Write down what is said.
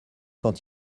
quand